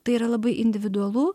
tai yra labai individualu